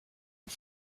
und